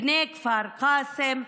בני כפר קאסם,